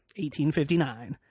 1859